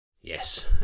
Yes